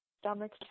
stomach